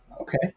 Okay